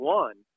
one